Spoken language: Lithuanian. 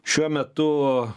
šiuo metu